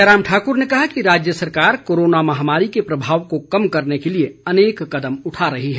जयराम ठाकुर ने कहा कि राज्य सरकार कोरोना महामारी के प्रभाव को कम करने के लिए अनेक कदम उठा रही है